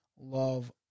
love